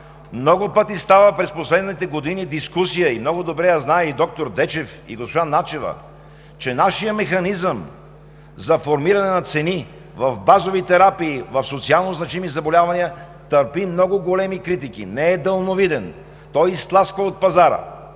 Много пъти през последните години става дискусия – и много добре я знае и доктор Дечев, и госпожа Начева, че нашият механизъм за формиране на цени в базови терапии, в социално значими заболявания, търпи много големи критики. Не е далновиден! Той изтласква от пазара